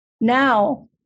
Now